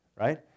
right